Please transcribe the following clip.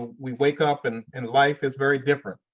we wake up and and life is very different.